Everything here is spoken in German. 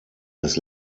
des